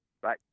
Bye